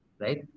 right